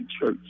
church